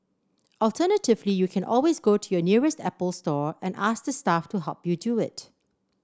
alternatively you can always go to your nearest Apple Store and ask the staff to help you do it